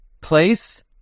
place